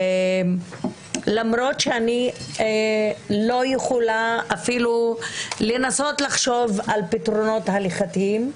למרות שאני לא יכולה אפילו לנסות לחשוב על פתרונות הלכתיים,